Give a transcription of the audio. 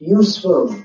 useful